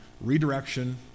redirection